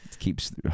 keeps